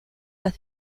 los